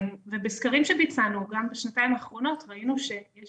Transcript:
ובסקרים שביצענו גם בשנתיים האחרונות ראינו שיש